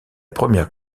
première